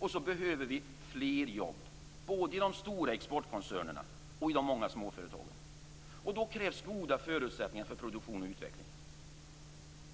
Vi behöver fler jobb både i de stora exportkoncernerna och i de många småföretagen. Då krävs goda förutsättningar för produktion och utveckling.